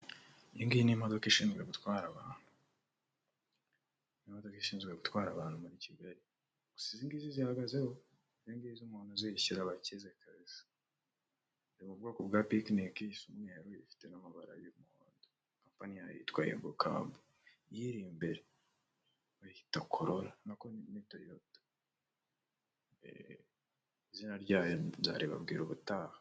Iyi ngiyi ni imodoka ishinzwe gutwara abantu, ni imodoka ishinzwe gutwara abantu muri kigali gusa izi ngizi zihagazeho, izi ngizi umuntu uzishyura aba kabisa, ziri mu bwoko bwa bwa bikinike ifite n'amabara y'umuhondo compana yayo twaye yogo kabu iyiri imbere bayita korora nako ni toyota, izina ryayo nzaribabwira ubutaha.